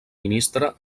ministre